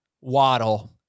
Waddle